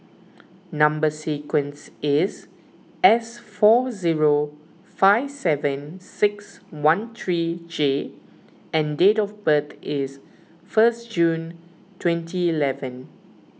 Number Sequence is S four zero five seven six one three J and date of birth is first June twenty eleven